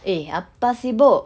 eh apa sibuk